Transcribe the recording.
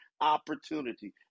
opportunity